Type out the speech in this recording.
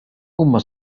huma